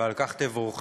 ועל כך תבורכי,